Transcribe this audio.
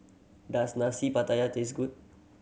does Nasi Pattaya taste good